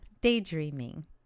daydreaming